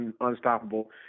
unstoppable